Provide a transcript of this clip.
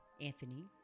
Anthony